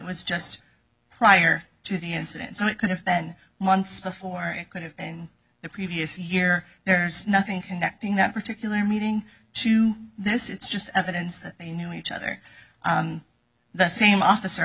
was just prior to the incident so it could have then months before it could have and the previous year there's nothing connecting that particular meeting to this it's just evidence that they knew each other the same officer